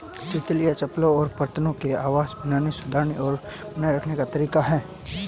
तितलियों, चप्पलों और पतंगों के लिए आवास बनाने, सुधारने और बनाए रखने का तरीका है